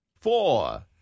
Four